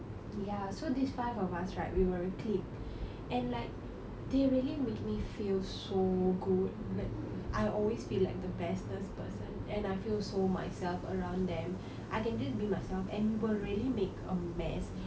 ya so these five of us right we were a clique and like they really made me feel so good like I always feel like the bestest person and I feel so myself around them I can just be myself and we will really make a mess